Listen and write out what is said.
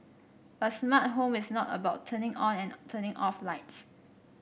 a smart home is not about turning on and turning off lights